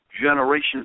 generations